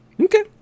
okay